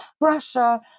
Russia